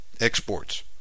exports